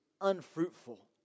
unfruitful